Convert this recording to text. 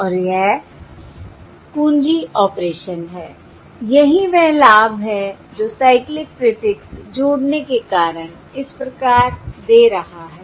और वह कुंजी ऑपरेशन है यही वह लाभ है जो साइक्लिक प्रीफिक्स जोड़ने के कारण इस प्रकार दे रहा है